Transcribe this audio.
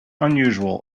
unusual